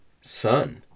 sun